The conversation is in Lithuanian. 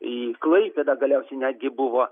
į klaipėdą galiausiai netgi buvo